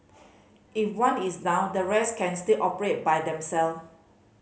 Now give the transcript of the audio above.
if one is down the rest can still operate by themselves